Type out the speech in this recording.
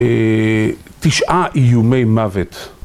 תשעה איומי מוות.